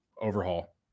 overhaul